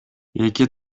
эки